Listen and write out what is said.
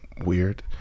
weird